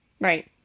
Right